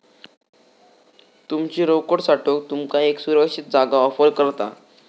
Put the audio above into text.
तुमची रोकड साठवूक तुमका एक सुरक्षित जागा ऑफर करता